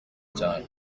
cyane